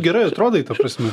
gerai atrodai ta prasme